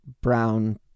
brown